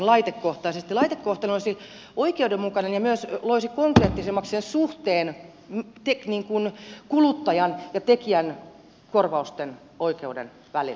laitekohtainen olisi oikeudenmukainen ja myös loisi konkreettisemmaksi suhteen kuluttajan ja tekijän korvausten oikeuden välillä